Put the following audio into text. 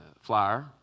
flyer